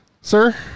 sir